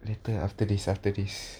later after this after this